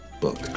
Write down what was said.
book